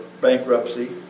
bankruptcy